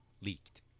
leaked